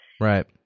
Right